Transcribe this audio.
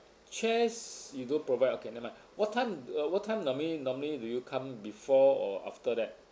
chairs you don't provide okay never mind what time uh what time normally normally do you come before or after that